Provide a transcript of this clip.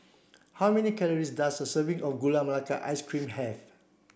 how many calories does a serving of Gula Melaka Ice Cream have